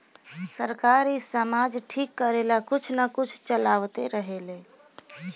सरकार इ समाज ठीक करेला कुछ न कुछ चलावते रहेले